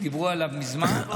שדיברו עליו מזמן.